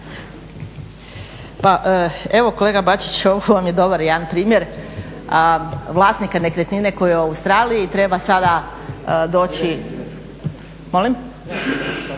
Pa evo kolega Bačić ovo vam je dobar jedan primjer vlasnika nekretnine koji je u Australiji, treba sada doći u